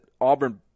Auburn